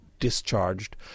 discharged